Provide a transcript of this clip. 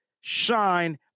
shine